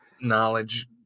knowledge